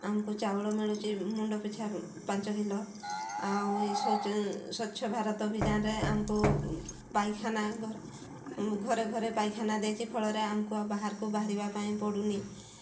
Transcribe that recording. ଆମକୁ ଚାଉଳ ମିଳୁଛି ମୁଣ୍ଡ ପିଛା ପାଞ୍ଚ କିଲୋ ଆଉ ଏଇ ସ୍ୱଚ୍ଛ ଭାରତ ଅଭିଯାନରେ ଆମକୁ ପାଇଖାନା ଘରେ ଘରେ ପାଇଖାନା ଦେଇଛି ଫଳରେ ଆମକୁ ଆଉ ବାହାରକୁ ବାହାରିବା ପାଇଁ ପଡ଼ୁନି